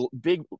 Big